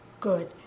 good